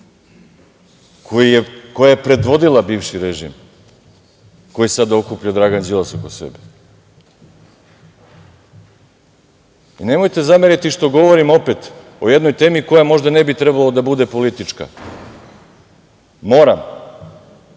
koja je predvodila bivši režim, koju je sada okupio Dragan Đilas oko sebe. Nemojte zameriti što govorim opet o jednoj temi koja možda ne bi trebalo da bude politička, moram,